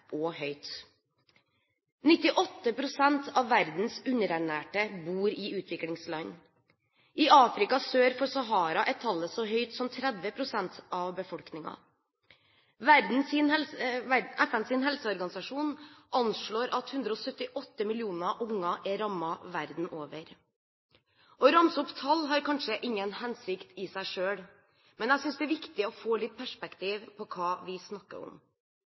av verdens underernærte bor i utviklingsland. I Afrika sør for Sahara er tallet så høyt som 30 pst. av befolkningen. FNs helseorganisasjon anslår at 178 millioner unger er rammet verden over. Å ramse opp tall har kanskje ingen hensikt i seg selv, men jeg synes det er viktig å få litt perspektiv på hva vi snakker om.